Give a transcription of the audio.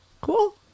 Cool